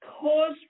cause